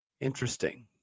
Interesting